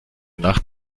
nach